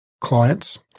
clients